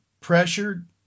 pressured